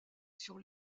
sur